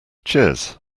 cheers